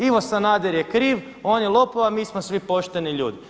Ivo Sanader je kriv, on je lopov a mi smo svi pošteni ljudi.